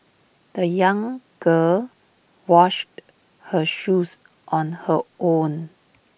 the young girl washed her shoes on her own